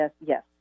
yes